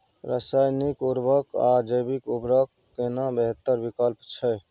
रसायनिक उर्वरक आ जैविक उर्वरक केना बेहतर विकल्प छै?